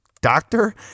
doctor